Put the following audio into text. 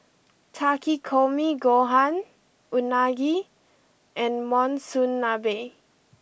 Takikomi Gohan Unagi and Monsunabe